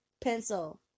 pencil